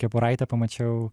kepuraitę pamačiau